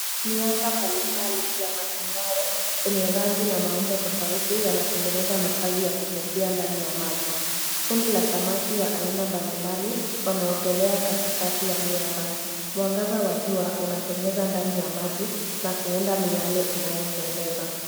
Miamba mbalimbali ya matumbawe enye rangi na miundo tofauti yanatengeneza makazi ya kuvutia ndani ya maji. Kundi la samaki wa aina mbalimbali, wanaogelea katikati ya miamba. Mwangaza wa jua unapenyeza ndani ya maji na kuunda miale inayopendeza.